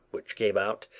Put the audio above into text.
which gave out,